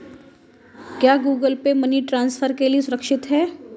क्या Google Pay money transfer के लिए सुरक्षित है?